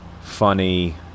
funny